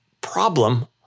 problem